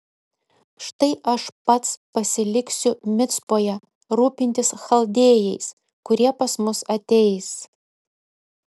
štai aš pats pasiliksiu micpoje rūpintis chaldėjais kurie pas mus ateis